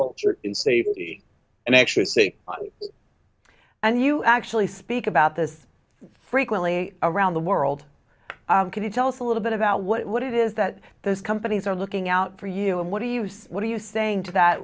church in safety and actually say and you actually speak about this frequently around the world can you tell us a little bit about what it is that those companies are looking out for you and what do you see what are you saying to that